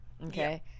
okay